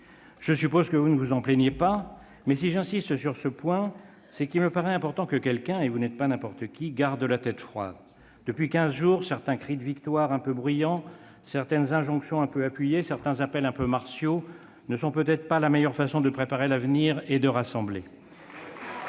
Je suppose que vous ne vous en plaignez pas, mais, si j'insiste sur ce point, c'est qu'il me paraît important que quelqu'un- et vous n'êtes pas n'importe qui -garde la tête froide. Certains cris de victoire un peu bruyants, certaines injonctions un peu appuyées, certains appels un peu martiaux entendus depuis quinze jours ne sont peut-être pas la meilleure façon de préparer l'avenir et de rassembler.